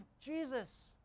Jesus